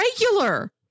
regular